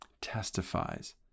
testifies